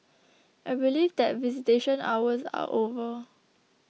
I believe that visitation hours are over